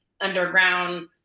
underground